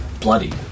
bloody